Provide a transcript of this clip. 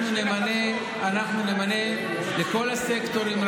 אנחנו נמנה רבנים לכל הסקטורים,